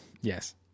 Yes